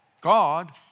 God